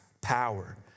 power